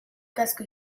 casco